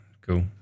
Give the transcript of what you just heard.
Cool